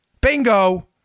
Bingo